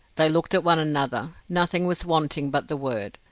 they looked at one another nothing was wanting but the word,